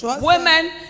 Women